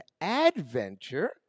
adventure